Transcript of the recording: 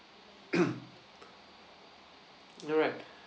alright